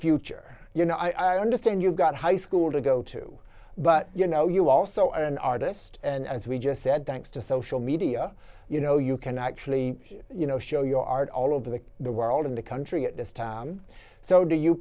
future you know i understand you've got high school to go to but you know you also an artist and as we just said thanks to social media you know you can actually you know show your art all over the world in the country at this time so do you